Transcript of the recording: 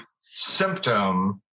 symptom